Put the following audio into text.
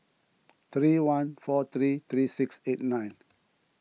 three one four three three six eight nine